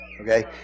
Okay